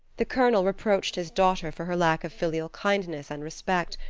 the colonel reproached his daughter for her lack of filial kindness and respect,